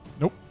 nope